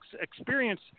experience